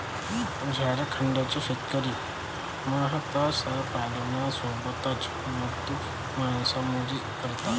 झारखंडचे शेतकरी मत्स्यपालनासोबतच मोती मासेमारी करतात